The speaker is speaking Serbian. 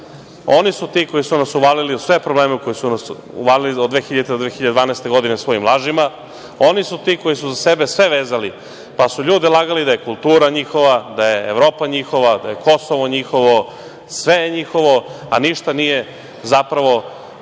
oni su ti koji su nas uvalili u sve probleme u koje su nas uvalili od 2000. do 2012. godine svojim lažima, oni su ti koji su za sebe sve vezali, pa su ljude lagali da je kultura njihova, da je Evropa njihova, da je Kosovo njihovo. Sve je njihovo, a ništa nije, zapravo,